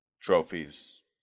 trophies